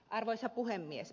arvoisa puhemies